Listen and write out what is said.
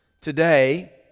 Today